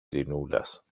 ειρηνούλας